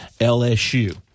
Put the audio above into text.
LSU